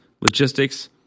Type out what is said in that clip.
logistics